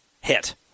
hit